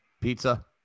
Pizza